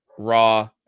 raw